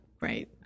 Right